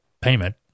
payment